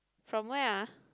from where ah